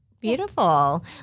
beautiful